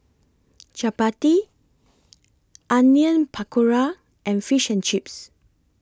Chapati Onion Pakora and Fish and Chips